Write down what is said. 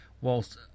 whilst